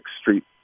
Street